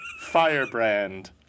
firebrand